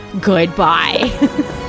goodbye